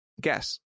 guess